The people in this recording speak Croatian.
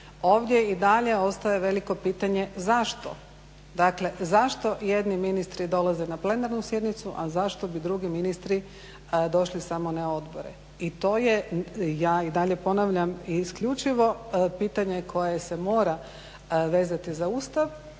Ovdje i dalje ostaje veliko pitanje zašto. Dakle, zašto jedni ministri dolaze na plenarnu sjednicu, a zašto bi drugi ministri došli samo na odbore. I to je, ja i dalje ponavljam isključivo pitanje koje se mora vezati za Ustav,